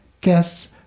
guests